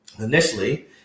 Initially